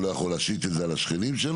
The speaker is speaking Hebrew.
הוא לא יכול להשית את זה על השכנים שלו,